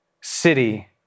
city